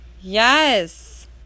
yes